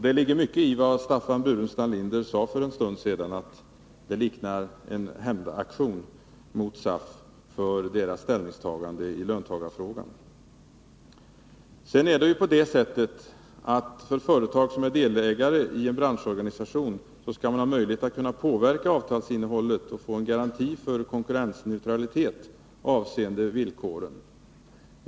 Det ligger mycket i vad Staffan Burenstam Linder sade för en stund sedan, nämligen att detta liknar en hämndaktion mot SAF för dess ställningstagande i löntagarfondsfrågan. Det är vidare så att företag som är delägare i en branschorganisation skall ha möjlighet att påverka avtalsinnehållet och få en garanti för konkurrensneutralitet i avtalsvillkoren.